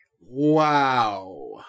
wow